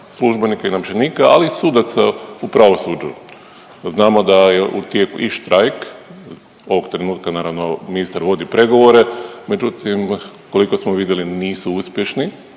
službenika i namještenika, ali i sudaca u pravosuđu. Znamo da je u tijeku i štrajk, ovog trenutka, naravno, ministar vodi pregovore, međutim, koliko smo vidjeli, nisu uspješni